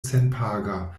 senpaga